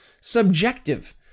subjective